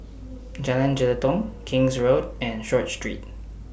Jalan Jelutong King's Road and Short Street